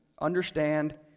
understand